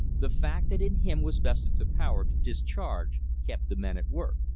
the fact that in him was vested the power to discharge kept the men at work.